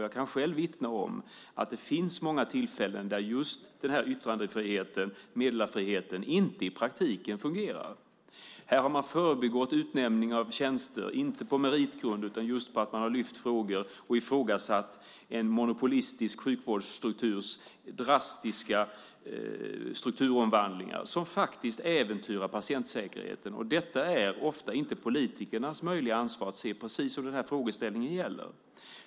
Jag kan själv vittna om att det finns många tillfällen där just yttrandefriheten och meddelarfriheten inte fungerar i praktiken. Här har man gjort utnämningar av tjänster men inte på meritgrund, och man har ifrågasatt drastiska strukturomvandlingar av en monopolistisk sjukvårdsstruktur som faktiskt äventyrat patientsäkerheten. Det är ofta inte politikernas ansvar att se precis vad frågeställningen gäller.